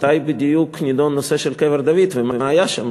מתי בדיוק נדון הנושא של קבר דוד ומה היה שם.